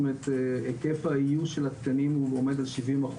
היקף האיוש של התקנים עומד על 70%,